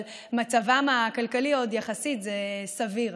אבל מצבם הכלכלי עוד יחסית סביר.